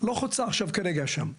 לא חוצה כרגע שם,